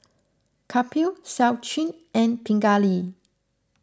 Kapil Sachin and Pingali